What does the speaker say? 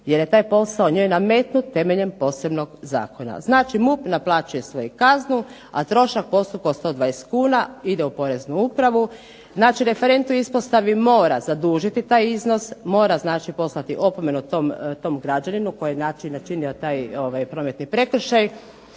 jer je taj posao njoj nametnut temeljem posebnog zakona. Znači, MUP naplaćuje svoju kaznu, a trošak postupka od 120 kuna ide u poreznu upravu. Znači, referent u ispostavi mora zadužiti taj iznos, mora znači poslati opomenu tom građaninu koji je znači načinio taj prometni prekršaj,